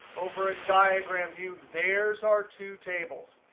over in diagram view, there's are two tables.